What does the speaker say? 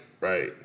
Right